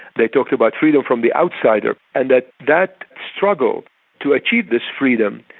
they talked about freedom from the outsider, and that that struggle to achieve this freedom,